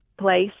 Place